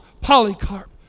Polycarp